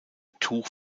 tuch